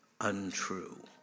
untrue